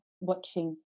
watching